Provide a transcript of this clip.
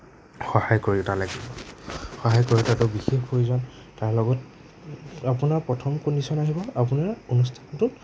সহায় কৰোতা লাগিব সহায় কৰোতাটো বিশেষ প্ৰয়োজন তাৰ লগত আপোনাৰ প্ৰথম কণ্ডিচন আহিব আপোনাৰ অনুষ্ঠানটোত